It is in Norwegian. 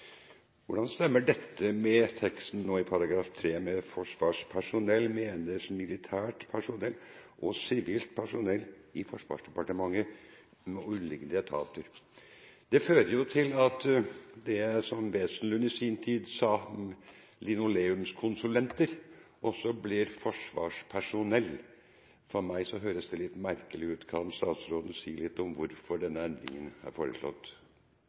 Hvordan stemmer dette med teksten i § 3? Der heter det: «Med forsvarspersonell menes militært personell og sivilt tilsatt personell i Forsvarsdepartementet og underliggende etater.» Det fører til at linoleumskonsulenter, som Wesenlund i sin tid sa, også blir forsvarspersonell. For meg høres det litt merkelig ut. Kan statsråden si litt om hvorfor denne endringen er foreslått?